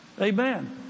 Amen